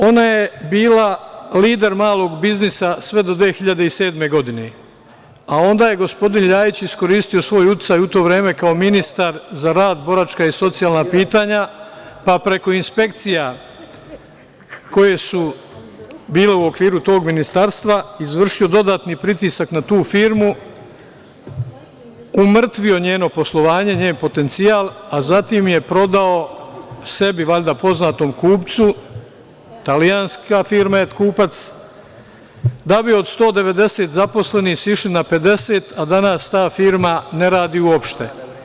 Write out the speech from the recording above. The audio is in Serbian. Ona je bila lider malog biznisa sve do 2007. godine, a onda je gospodin LJajić iskoristio svoj uticaj u to vreme, kao ministar za rad, boračka i socijalna pitanja, pa preko inspekcija koje su bile u okviru tog ministarstva izvršio dodatni pritisak na tu firmu, umrtvio njeno poslovanje, njen potencijal, a zatim je prodao sebi valjda poznatom kupcu, italijanska firma je kupac, da bi od 190 zaposlenih sišli na 50, a danas ta firma ne radi uopšte.